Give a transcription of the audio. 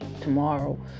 tomorrow